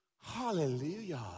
Hallelujah